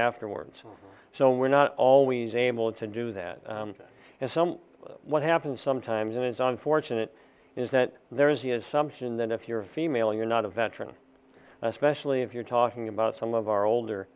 afterwards so we're not always able to do that and some of what happens sometimes and it's unfortunate is that there is the assumption that if you're a female you're not a veteran especially if you're talking about some of our older